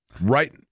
right